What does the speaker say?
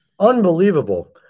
Unbelievable